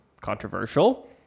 controversial